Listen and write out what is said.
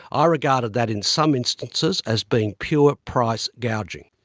ah regarded that in some instances as being pure price gouging.